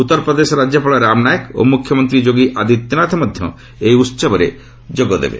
ଉତ୍ତରପ୍ରଦେଶର ରାଜ୍ୟପାଳ ରାମ ନାଏକ ଓ ମୁଖ୍ୟମନ୍ତ୍ରୀ ଯୋଗୀ ଆଦିତ୍ୟନାଥ ମଧ୍ୟ ଏହି ଉହବରେ ଯୋଗଦେବେ